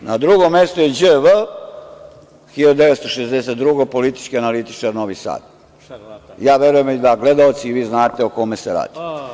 Na drugom mestu je ĐV 1962, politički analitičar Novi Sad, Ja verujem da gledaoci, vi znate o kome se radi.